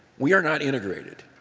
we are not integrated.